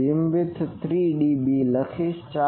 હું beamwidth 3 dBE લખીશ